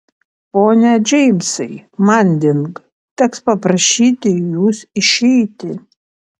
pone džeimsai manding teks paprašyti jus išeiti